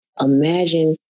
imagine